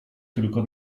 tylko